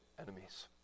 enemies